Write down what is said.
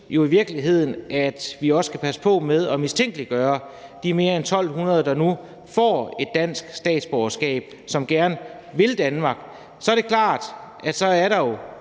jo i virkeligheden, at vi også skal passe på med at mistænkeliggøre de mere end 1.200, der nu får et dansk statsborgerskab, og som gerne vil Danmark. Så er det klart, at der jo